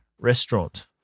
Restaurant